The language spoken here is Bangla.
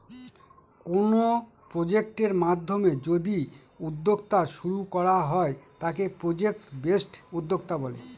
কোনো প্রজেক্টের মাধ্যমে যদি উদ্যোক্তা শুরু করা হয় তাকে প্রজেক্ট বেসড উদ্যোক্তা বলে